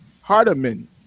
Hardiman